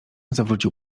zawrócił